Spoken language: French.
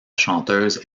chanteuse